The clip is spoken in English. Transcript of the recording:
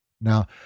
Now